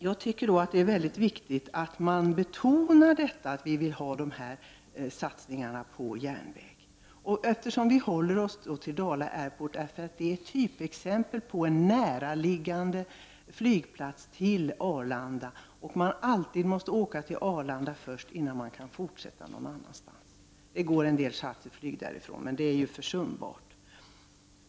Jag tycker att det är mycket viktigt att betona att vi vill ha satsningar på järnvägstrafiken. Dala Airport är ett typexempel på en flygplats som ligger nära Arlanda och som man aldrig kan nå annat än via Arlanda innan man kan fortsätta vidare. Det går en del charterflyg från Dala Airport, men det är försumbart.